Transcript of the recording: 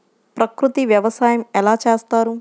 ప్రకృతి వ్యవసాయం ఎలా చేస్తారు?